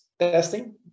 testing